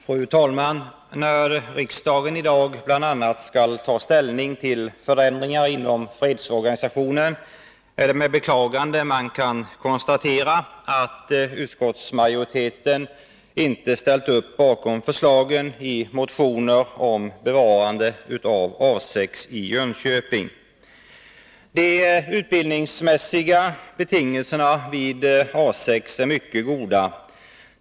Fru talman! När riksdagen i dag bl.a. skall ta ställning till förändringar inom fredsorganisationen, är det med beklagande man kan konstatera att utskottsmajoriteten inte ställt upp bakom förslagen i motioner om bevarande av A 6 i Jönköping. De utbildningsmässiga betingelserna vid A 6 är mycket goda.